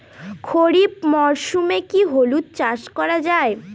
খরিফ মরশুমে কি হলুদ চাস করা য়ায়?